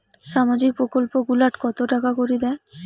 সামাজিক প্রকল্প গুলাট কত টাকা করি দেয়?